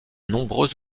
nombreux